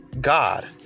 God